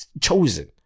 chosen